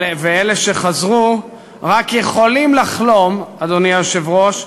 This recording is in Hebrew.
אלה שחזרו רק יכולים לחלום, אדוני היושב-ראש,